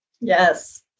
Yes